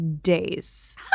days